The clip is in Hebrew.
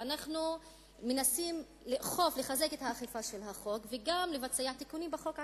ואנחנו מנסים לחזק את האכיפה של החוק וגם לבצע תיקונים בחוק עצמו.